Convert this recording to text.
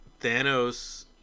Thanos